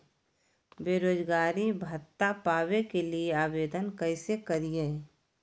बेरोजगारी भत्ता पावे के लिए आवेदन कैसे करियय?